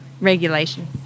regulation